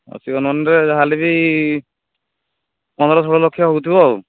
ବାର୍ଷିକ ନ ହେଲେ ଯାହା ହେଲେ ବି ପନ୍ଦର ଷୋହଳ ଲକ୍ଷ ହେଉ ଥିବ